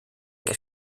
que